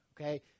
Okay